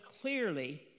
clearly